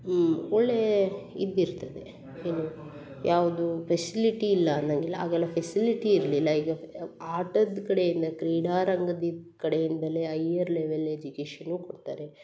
ಒಳ್ಳೆಯ ಇದಿರ್ತದೆ ಏನು ಯಾವುದೂ ಫೆಸ್ಲಿಟಿ ಇಲ್ಲ ಅನ್ನಂಗಿಲ್ಲ ಆಗೆಲ್ಲ ಫೆಸ್ಲಿಟಿ ಇರಲಿಲ್ಲ ಈಗ ಆಟದ ಕಡೆಯಿಂದ ಕ್ರೀಡಾರಂಗದ ಕಡೆಯಿಂದಲೇ ಐಯ್ಯರ್ ಲೆವಲ್ ಎಜುಕೇಷನೂ ಕೊಡ್ತಾರೆ